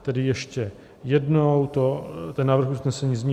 Tedy ještě jednou, ten návrh usnesení zní: